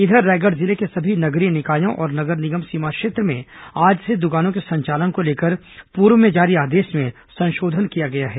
इधर रायगढ़ जिले के सभी नगरीय निकायों और नगर निगम सीमा क्षेत्र में आज से दुकानों के संचालन को लेकर पूर्व में जारी आदेश में संशोधन किया गया है